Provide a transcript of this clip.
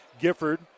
Gifford